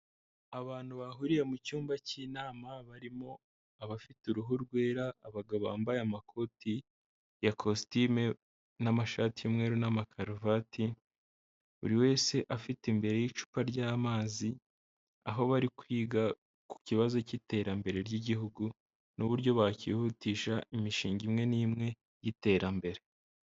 Abantu bahuriye mu cyumba cy'inama, barimo abafite uruhu rwera, abagabo bambaye amakoti ya kositimu n'amashati y'umweru n'amakaruvati, buri wese afite imbere y'icupa ry'amazi, aho bari kwiga ku kibazo cy'iterambere ry'igihugu n'uburyo bakihutisha imishinga imwe n'imwe y'iterambere.